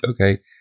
okay